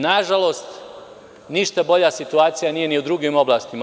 Nažalost, ništa bolja situacija nije ni u drugim oblastima.